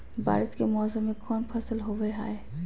बारिस के मौसम में कौन फसल होबो हाय?